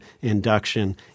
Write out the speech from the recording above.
induction